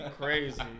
crazy